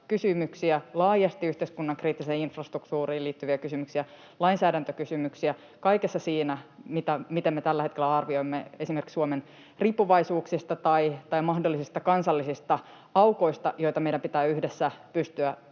kysymyksiä, laajasti yhteiskunnan kriittiseen infrastruktuuriin liittyviä kysymyksiä, lainsäädäntökysymyksiä kaikessa siinä, miten me tällä hetkellä arviomme esimerkiksi Suomen riippuvaisuuksista tai mahdollisista kansallisista aukoista, joita meidän pitää yhdessä pystyä